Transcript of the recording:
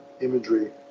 imagery